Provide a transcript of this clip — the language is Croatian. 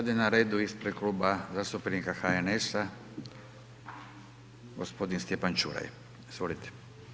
Sad je na redu ispred Kluba zastupnika HNS-a gospodin Stjepan Ćuraj, izvolite.